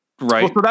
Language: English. Right